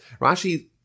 Rashi